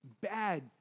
bad